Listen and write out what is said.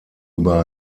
über